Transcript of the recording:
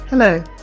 Hello